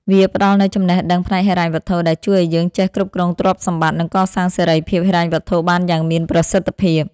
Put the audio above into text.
វាផ្ដល់នូវចំណេះដឹងផ្នែកហិរញ្ញវត្ថុដែលជួយឱ្យយើងចេះគ្រប់គ្រងទ្រព្យសម្បត្តិ និងកសាងសេរីភាពហិរញ្ញវត្ថុបានយ៉ាងមានប្រសិទ្ធភាព។